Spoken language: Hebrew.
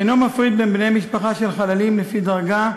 אינו מפריד בין בני משפחה של חללים לפי דרגה,